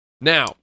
Now